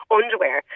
underwear